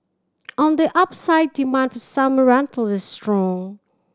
on the upside demand for summer rental is strong